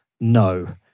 no